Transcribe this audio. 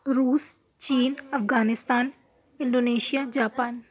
روس چین Afghanistan Indonesia Japan